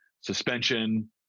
suspension